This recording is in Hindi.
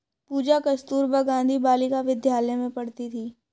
पूजा कस्तूरबा गांधी बालिका विद्यालय में पढ़ती थी